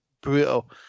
brutal